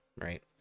right